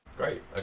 Great